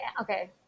okay